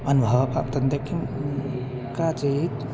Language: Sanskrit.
अनुभवः तत्ते किं का चेत्